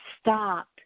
stop